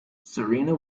serena